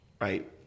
right